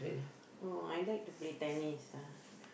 oh I like to play tennis ah